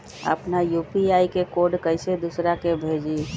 अपना यू.पी.आई के कोड कईसे दूसरा के भेजी?